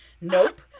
Nope